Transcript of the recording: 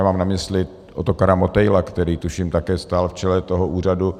Mám na mysli Otakara Motejla, který, tuším, také stál v čele toho úřadu.